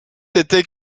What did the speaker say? était